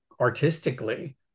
artistically